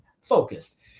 Focused